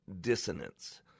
dissonance